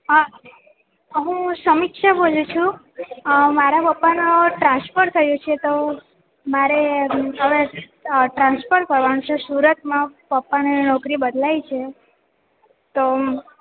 હા હું સમીક્ષા બોલું છું મારા પપ્પાનો ટ્રાન્સફર થયું છે તો મારે હવે ટ્રાન્સફર કરવાનું છે સુરતમાં પપ્પાની નોકરી બદલાઈ છે તોહ